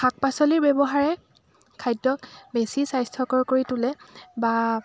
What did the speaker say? শাক পাচলিৰ ব্যৱহাৰে খাদ্যক বেছি স্বাস্থ্যকৰ কৰি তুলে বা